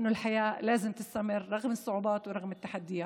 והחיים צריכים להימשך למרות הקשיים והאתגרים.